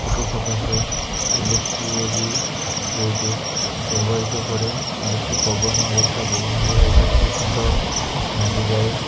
ସେଥି ସକାଶେ ଇଲେକ୍ଟ୍ରିରୁ ବି ବହୁତ ପ୍ରଭାବିତ ପଡ଼େ ଇଲେକ୍ଟ୍ରି ପବନ ବର୍ଷା ପବନ ଦ୍ୱାରା ଇଲେକ୍ଟ୍ରି ଖୁଣ୍ଟ ଭାଙ୍ଗିଯାଏ